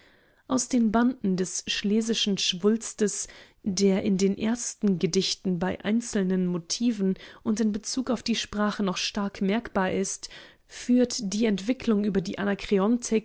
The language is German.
aus den banden des schlesischen schwulstes der in den ersten gedichten bei einzelnen motiven und in bezug auf die sprache noch stark merkbar ist führt die entwicklung über die